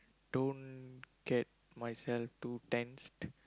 don't get myself too tense